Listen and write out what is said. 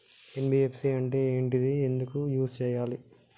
NBFC అంటే ఏంటిది ఎందుకు యూజ్ చేయాలి?